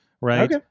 right